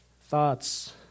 thoughts